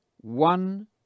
one